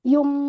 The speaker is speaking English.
Yung